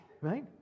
Right